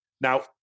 Now